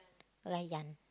Rayyan